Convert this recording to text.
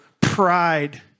pride